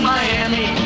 Miami